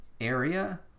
area